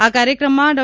આ કાર્યક્રમમાં ડો